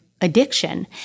addiction